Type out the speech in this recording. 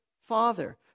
father